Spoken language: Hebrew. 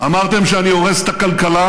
אמרתם שאני הורס את הכלכלה,